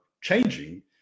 changing